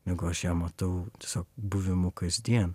negu aš ją matau tiesiog buvimu kasdien